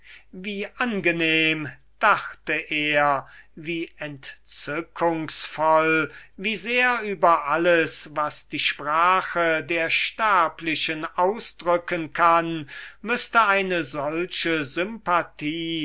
wie angenehm dacht er wie entzückungsvoll wie sehr über alles was die sprache der sterblichen ausdrücken kann mußte eine solche sympathie